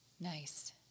Nice